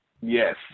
Yes